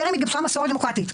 טרם התגבשה מסורת דמוקרטית.